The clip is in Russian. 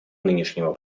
нынешнего